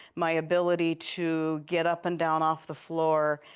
my ability to get up and down off the floor,